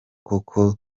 koko